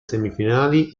semifinali